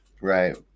right